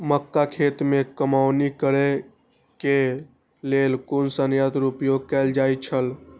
मक्का खेत में कमौनी करेय केय लेल कुन संयंत्र उपयोग कैल जाए छल?